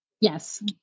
Yes